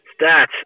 stats